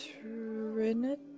Trinidad